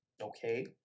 Okay